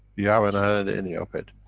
you haven't had any of it.